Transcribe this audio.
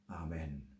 Amen